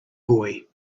boy